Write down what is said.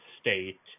state